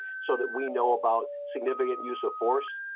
so that we know about significant use of force.